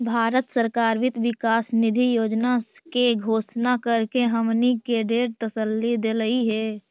भारत सरकार वित्त विकास निधि योजना के घोषणा करके हमनी के ढेर तसल्ली देलई हे